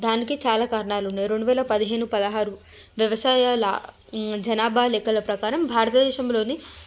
దానికి చాలా కారణాలున్నాయి రెండువేల పదిహేను పదహారు వ్యవసాయ లా జనాభా లెక్కల ప్రకారం భారతదేశంలోని